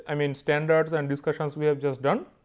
i mean standards and discussions we have just done.